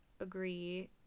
agree